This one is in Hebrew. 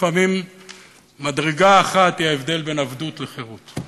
לפעמים מדרגה אחת היא ההבדל בין עבדות לחירות.